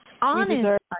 honest